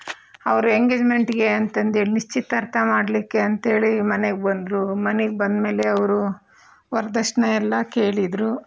ಅವರು ಎಂಗೇಜ್ಮೆಂಟ್ಗೆ ಅಂತಂದು ಹೇಳಿ ನಿಶ್ಚಿತಾರ್ಥ ಮಾಡ್ಲಿಕ್ಕೆ ಅಂಥೇಳಿ ಮನೆಗೆ ಬಂದರು ಮನೆಗೆ ಬಂದಮೇಲೆ ಅವರು ವರದಕ್ಷಿಣೆ ಎಲ್ಲ ಕೇಳಿದ್ರು